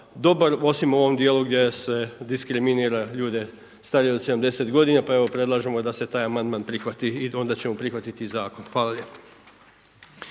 dobar, osim u ovom dijelu gdje se diskriminira ljude starije od 70 godina, pa evo predlažemo da se taj amandman prihvati i onda ćemo prihvatiti i zakon. Hvala lijepo.